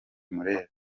bimureba